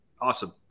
Awesome